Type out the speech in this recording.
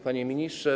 Panie Ministrze!